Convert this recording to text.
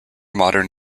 modern